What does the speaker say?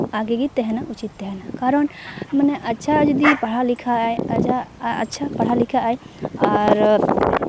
ᱟᱜᱮ ᱜᱮ ᱛᱟᱦᱮᱱᱟ ᱩᱪᱤᱛ ᱛᱟᱦᱮᱱᱟ ᱠᱟᱨᱚᱱ ᱢᱟᱱᱮ ᱟᱪᱪᱷᱟ ᱡᱩᱫᱤ ᱯᱟᱲᱦᱟᱣ ᱞᱮᱠᱷᱟᱡ ᱟᱡᱟᱜ ᱟᱪᱪᱷᱟ ᱯᱟᱲᱦᱟᱣ ᱞᱮᱠᱷᱟᱜ ᱟᱭ ᱟᱨ